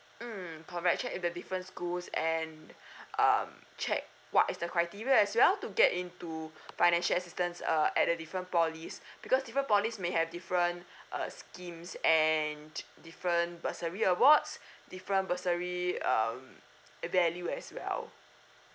mm correct check with the different schools and um check what is the criteria as well to get into financial assistance uh at the different polys because different polys may have different uh schemes and different bursary awards different bursary um value as well